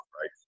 right